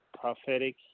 prophetic